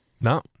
No